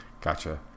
Gotcha